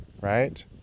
right